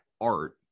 art